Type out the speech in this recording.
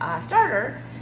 Starter